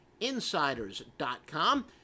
Insiders.com